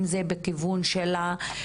אם זה בכיוון של השירותים,